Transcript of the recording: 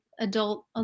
adult